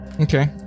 Okay